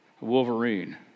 wolverine